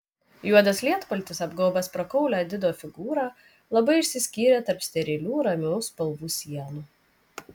juodas lietpaltis apgaubęs prakaulią dido figūrą labai išsiskyrė tarp sterilių ramių spalvų sienų